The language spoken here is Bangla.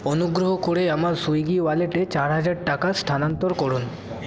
অনুগ্রহ করে আমার সুইগি ওয়ালেটে চার হাজার টাকা স্থানান্তর করুন